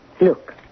look